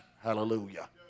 Hallelujah